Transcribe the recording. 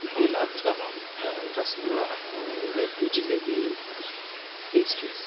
gulab jamun rasgulla laddu jalebi pastries